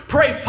Pray